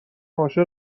عاشق